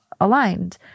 aligned